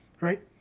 right